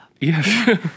Yes